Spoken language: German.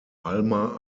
alma